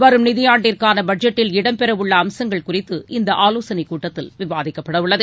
வரும் நிதியாண்டிற்கான பட்ஜெட்டில் இடம்பெறவுள்ள அம்சங்கள் குறித்து இந்த ஆலோசனை கூட்டங்களில் விவாதிக்கப்படவுள்ளன